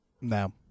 no